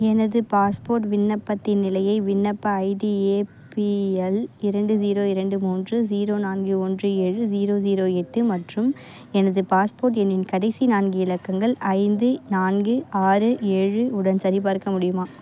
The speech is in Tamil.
எனது பாஸ்போர்ட் விண்ணப்பத்தின் நிலையை விண்ணப்ப ஐடி ஏபிஎல் இரண்டு ஜீரோ இரண்டு மூன்று ஜீரோ நான்கு ஒன்று ஏழு ஜீரோ ஜீரோ எட்டு மற்றும் எனது பாஸ்போர்ட் எண்ணின் கடைசி நான்கு இலக்கங்கள் ஐந்து நான்கு ஆறு ஏழு உடன் சரிபார்க்க முடியுமா